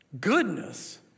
goodness